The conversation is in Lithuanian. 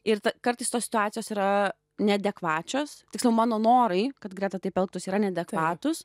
ir kartais tos situacijos yra neadekvačios tiksliau mano norai kad greta taip elgtųsi yra neadekvatūs